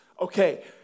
Okay